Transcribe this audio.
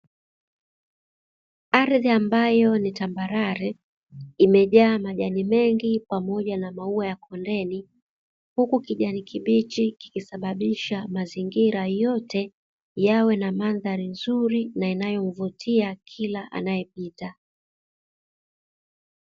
Ardhi ambayo ni tambarare imejaa majani mengi pamoja na mauwa ya kondeni. Huku kijani kibichi kikisababisha mazingira yote yawe na mandhari nzuri na inayovutia kila anayepita.